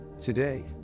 today